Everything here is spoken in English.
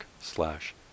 slash